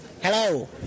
Hello